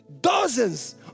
dozens